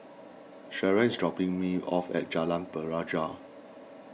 Sharen is dropping me off at Jalan Pelajau